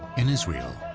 in israel,